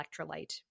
electrolyte